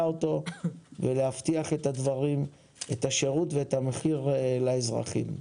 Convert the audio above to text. אותו ולהבטיח את השירות ואת המחיר לאזרחים.